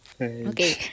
Okay